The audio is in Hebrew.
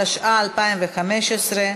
התשע"ה 2015,